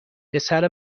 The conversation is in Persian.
پسر